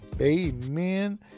amen